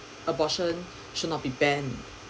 abortion should not be banned